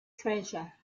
treasure